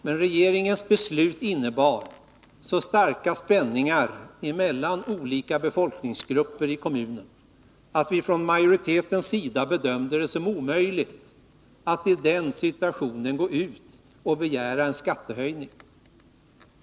Men regeringens beslut innebar så starka spänningar mellan olika befolkningsgrupper i kommunen att vi från majoritetens sida bedömde det såsom omöjligt att i den situationen gå ut och begära en skattehöjning.